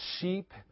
sheep